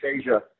Asia